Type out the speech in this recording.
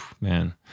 man